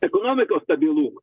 ekonomikos stabilumą